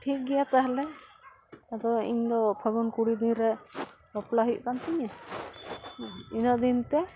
ᱴᱷᱤᱠ ᱜᱮᱭᱟ ᱛᱟᱦᱚᱞᱮ ᱟᱫᱚ ᱤᱧ ᱫᱚ ᱯᱷᱟᱜᱩᱱ ᱠᱩᱲᱤ ᱫᱤᱱ ᱨᱮ ᱵᱟᱯᱞᱟ ᱦᱩᱭᱩᱜ ᱠᱟᱱ ᱛᱤᱧᱟ ᱦᱮᱸ ᱤᱱᱟᱹᱫᱤᱱ ᱛᱮ